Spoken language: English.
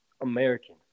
American